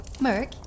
Merc